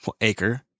acre